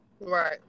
Right